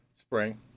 Spring